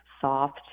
soft